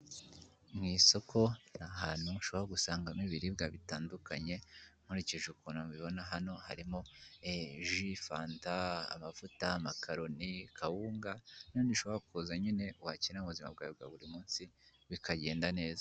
Mu isoko ni ahantu ushobora gusangamo ibiribwa bitandukanye ,nkurikije ukuntu mbibona hano harimo: ji, fanta ,amavuta ,makaroni, kawunga, n'ibindi bishobora kuza nyine wakenera mu buzima bwawe bwa buri munsi bikagenda neza.